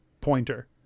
pointer